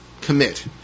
commit